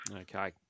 Okay